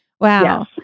Wow